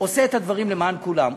עושה את הדברים למען כולם.